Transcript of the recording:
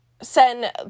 send